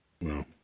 No